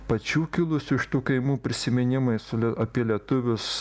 pačių kilusių iš tų kaimų prisiminimais apie lietuvius